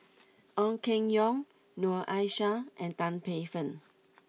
Ong Keng Yong Noor Aishah and Tan Paey Fern